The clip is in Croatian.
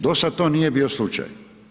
Dosad to nije bio slučaj.